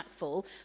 impactful